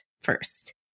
first